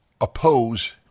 oppose